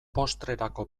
postrerako